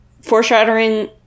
foreshadowing